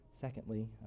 Secondly